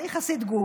אני חסיד גור,